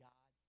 God